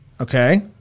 Okay